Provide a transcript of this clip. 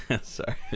Sorry